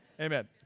Amen